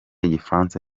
igifaransa